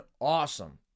awesome